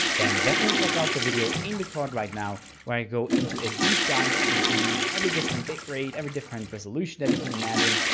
then definitely check out the video in the card right now where i go into a deep dive of every different bitrate, every different resolution that you can imagine,